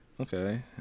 Okay